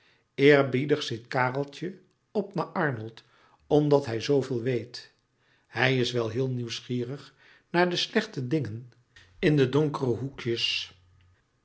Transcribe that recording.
eerbiedig ziet kareltje op naar arnold omdat hij zooveel weet hij is wel heel nieuwsgierig naar de slechte dingen in de donkere hoekjes